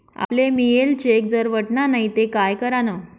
आपले mail check जर वटना नै ते काय करानं?